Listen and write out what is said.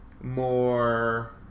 more